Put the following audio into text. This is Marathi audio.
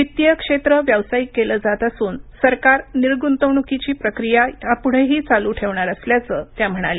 वित्तीय क्षेत्र व्यावसायिक केलं जात असून सरकार निर्गुंतवणुकीची प्रक्रिया पुढेही चालू ठेवणार असल्याचं त्या म्हणाल्या